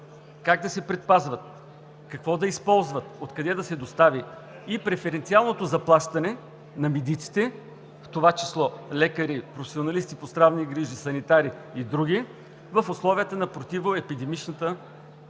как да се предпазват, какво да използват, от къде да се достави и преференциалното заплащане на медиците, в това число лекари професионалисти по здравни грижи, санитари и други в условията на противоепидемичната